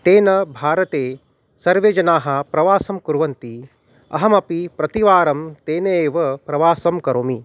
तेन भारते सर्वे जनाः प्रवासं कुर्वन्ति अहमपि प्रतिवारं तेन एव प्रवासं करोमि